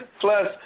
Plus